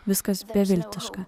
viskas beviltiška